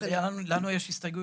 אבל לנו יש הסתייגויות.